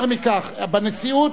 יותר מכך: בנשיאות,